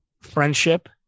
friendship